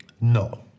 No